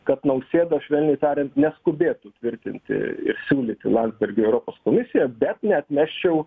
kad nausėda švelniai tariant neskubėtų tvirtinti ir siūlyti landsbergio į europos komisiją bet neatmesčiau